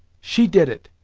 she did it!